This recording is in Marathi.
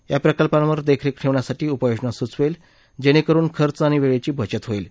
या प्रकल्पांवर देखरेख ठेवण्यासाठी उपाययोजना सुचवेल जेणेकरुन खर्च आणि वेळेची बचत होईल